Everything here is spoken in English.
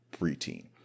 preteen